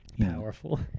Powerful